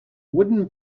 wooden